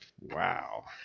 Wow